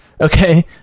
okay